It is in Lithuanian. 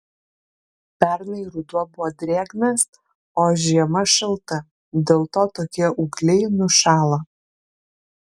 pernai ruduo buvo drėgnas o žiema šalta dėl to tokie ūgliai nušalo